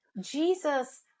Jesus